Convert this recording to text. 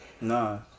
No